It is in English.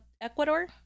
ecuador